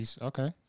Okay